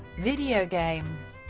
video games